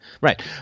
Right